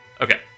Okay